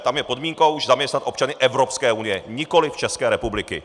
Tam je podmínkou zaměstnat občany Evropské unie , nikoliv České republiky.